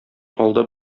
алда